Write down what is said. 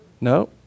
No